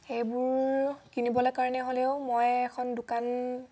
সেইবোৰ কিনিবলৈ কাৰণে হ'লেও মই এখন দোকান